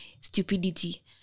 stupidity